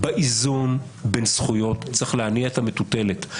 באיזון בין זכויות צריך להניע את המטוטלת.